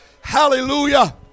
Hallelujah